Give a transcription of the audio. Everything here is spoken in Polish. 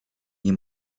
nie